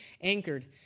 anchored